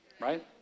Right